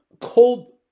cold